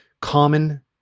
common